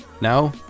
Now